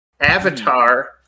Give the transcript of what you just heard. Avatar